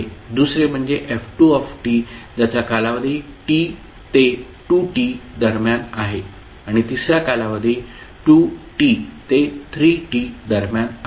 दुसरे म्हणजे f2 ज्याचा कालावधी t ते 2t दरम्यान आहे आणि तिसरा कालावधी 2t ते 3t दरम्यान आहे